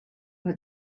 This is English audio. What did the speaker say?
had